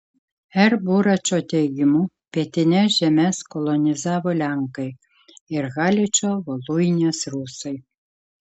r buračo teigimu pietines žemes kolonizavo lenkai ir haličo voluinės rusai